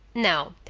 now,